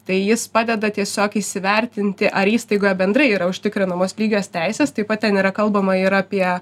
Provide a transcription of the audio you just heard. tai jis padeda tiesiog įsivertinti ar įstaigoje bendrai yra užtikrinamos lygios teisės taip pat ten yra kalbama ir apie